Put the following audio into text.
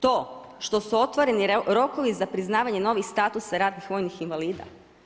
To što su otvoreni rokovi za priznavanje novih statusa ratnih vojnih invalida?